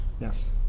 Yes